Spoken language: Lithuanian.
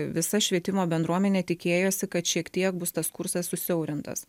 visa švietimo bendruomenė tikėjosi kad šiek tiek bus tas kursas susiaurintas